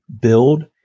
Build